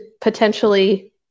potentially